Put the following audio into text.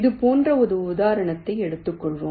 இது போன்ற ஒரு உதாரணத்தை எடுத்துக் கொள்வோம்